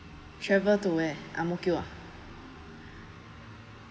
travel to where Ang Mo Kio ah